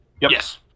Yes